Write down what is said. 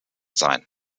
sein